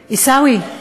עיסאווי,